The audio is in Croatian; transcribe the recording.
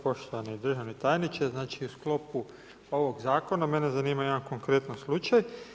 Poštovani državni tajniče, znači u sklopu ovog zakona mene zanima jedan konkretan slučaj.